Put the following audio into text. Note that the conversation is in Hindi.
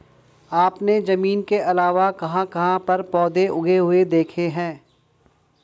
आपने जमीन के अलावा कहाँ कहाँ पर पौधे उगे हुए देखे हैं?